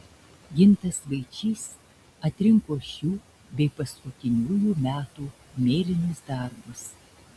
gintas vaičys atrinko šių bei paskutiniųjų metų mėlynus darbus